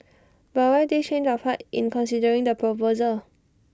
but why this change of heart in considering the proposal